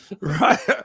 right